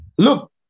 Look